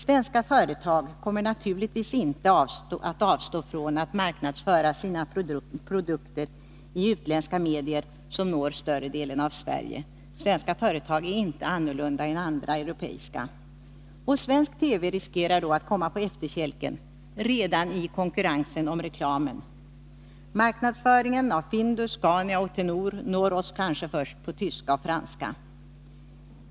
Svenska företag kommer naturligtvis inte att avstå från att marknadsföra sina produkter i utländska medier som når större delen av Sverige — svenska företag är inte annorlunda än andra europeiska — och svensk TV riskerar att komma på efterkälken redan i konkurrensen om reklamen. Marknadsföringen av Findus, Scania och Tenor når oss kanske först på franska och tyska.